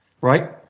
right